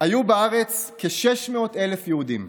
היו בארץ כ-600,000 יהודים.